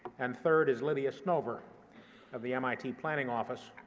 and third is lydia snover of the mit planning office,